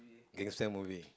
gangster movie